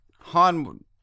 Han